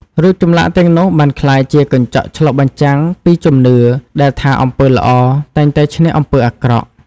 រូបចម្លាក់ទាំងនោះបានក្លាយជាកញ្ចក់ឆ្លុះបញ្ចាំងពីជំនឿ ដែលថាអំពើល្អតែងតែឈ្នះអំពើអាក្រក់។